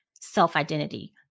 self-identity